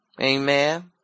Amen